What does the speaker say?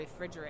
refrigerate